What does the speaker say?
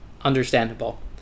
understandable